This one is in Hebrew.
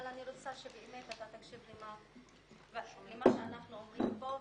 אני רוצה שאתה תקשיב למה שאנחנו אומרים כאן.